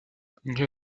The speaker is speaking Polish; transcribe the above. nie